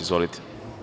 Izvolite.